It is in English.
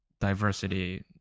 diversity